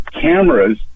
cameras